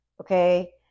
Okay